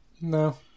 No